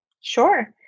Sure